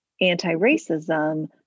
anti-racism